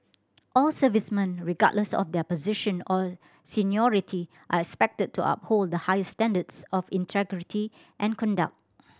all servicemen regardless of their position or seniority are expected to uphold the highest standards of integrity and conduct